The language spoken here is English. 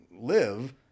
live